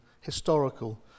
historical